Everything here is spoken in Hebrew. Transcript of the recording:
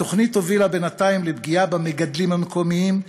התוכנית הובילה בינתיים לפגיעה במגדלים המקומיים,